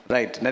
Right